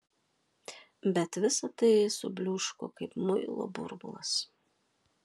bet visa tai subliūško kaip muilo burbulas